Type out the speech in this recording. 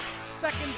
second